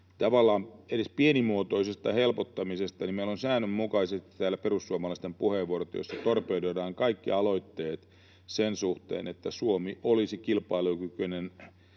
edes pienimuotoisesta helpottamisesta, niin meillä on säännönmukaisesti täällä perussuomalaisten puheenvuorot, joissa torpedoidaan kaikki aloitteet sen suhteen, että Suomi olisi kilpailukykyinen